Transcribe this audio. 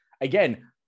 Again